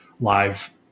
live